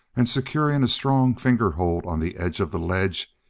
and, securing a strong fingerhold on the edge of the ledge,